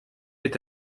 est